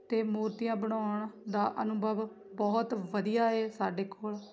ਅਤੇ ਮੂਰਤੀਆਂ ਬਣਾਉਣ ਦਾ ਅਨੁਭਵ ਬਹੁਤ ਵਧੀਆ ਹੈ ਸਾਡੇ ਕੋਲ